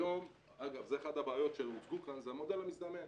אגב, אחת הבעיות שהוצגו כאן, זה המודל המזדמן.